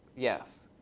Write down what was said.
yes.